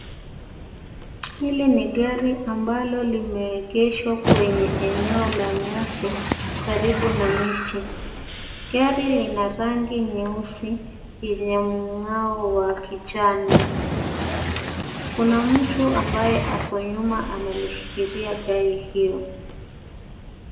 Hili ni gari ambalo limeegeshwa kwenye eneo la nyasi karibu na miti. Gari lina rangi nyeusi yenye mng'ao wa kijani. Kuna mtu ambaye ako nyuma analishikilia gari hiyo.